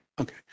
Okay